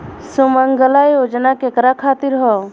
सुमँगला योजना केकरा खातिर ह?